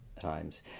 times